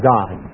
God